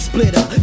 Splitter